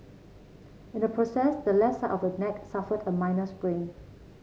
in the process the left side of her neck suffered a minor sprain